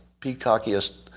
peacockiest